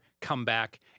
comeback